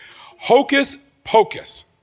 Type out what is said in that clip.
Hocus-pocus